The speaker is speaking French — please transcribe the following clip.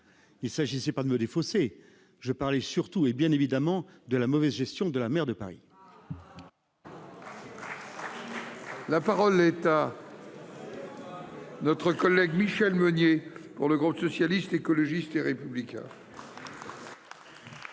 Il ne s'agissait pas de me défausser ; je parlais surtout, bien évidemment, de la mauvaise gestion de la maire de Paris. La parole est à Mme Michelle Meunier, pour le groupe Socialiste, Écologiste et Républicain.